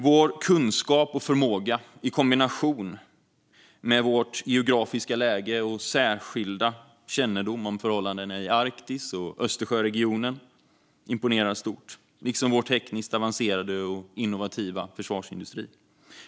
Vår kunskap och förmåga i kombination med vårt geografiska läge och vår särskilda kännedom om förhållandena i Arktis och Östersjöregionen imponerar stort, liksom vår tekniskt avancerade och innovativa försvarsindustri.